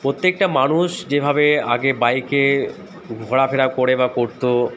প্রত্যেকটা মানুষ যেভাবে আগে বাইকে ঘোরাফেরা করে বা করতো